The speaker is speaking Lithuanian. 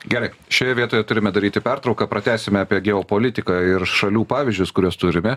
gerai šioje vietoje turime daryti pertrauką pratęsime apie geopolitiką ir šalių pavyzdžius kuriuos turime